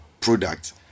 product